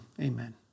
amen